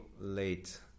late